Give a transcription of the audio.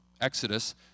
Exodus